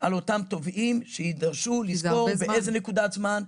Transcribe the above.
על אותם תובעים שיידרשו לזכור באיזה נקודת זמן,